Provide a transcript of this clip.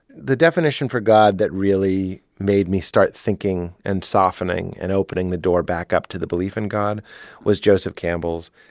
the definition for god that really made me start thinking and softening and opening the door back up to the belief in god was joseph campbell's.